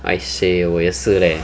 aiseh 我也是 leh